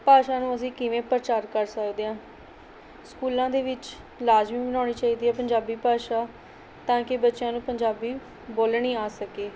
ਭਾਸ਼ਾ ਨੂੰ ਅਸੀਂ ਕਿਵੇਂ ਪ੍ਰਚਾਰ ਕਰ ਸਕਦੇ ਹਾਂ ਸਕੂਲਾਂ ਦੇ ਵਿੱਚ ਲਾਜ਼ਮੀ ਬਣਾਉਣੀ ਚਾਹੀਦੀ ਹੈ ਪੰਜਾਬੀ ਭਾਸ਼ਾ ਤਾਂ ਕਿ ਬੱਚਿਆਂ ਨੂੰ ਪੰਜਾਬੀ ਬੋਲਣੀ ਆ ਸਕੇ